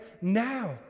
now